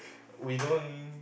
we don't